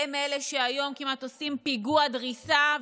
הם אלה שהיום כמעט עושים פיגוע דריסה,